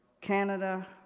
canada,